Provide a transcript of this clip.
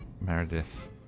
Meredith